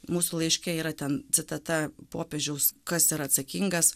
mūsų laiške yra ten citata popiežiaus kas yra atsakingas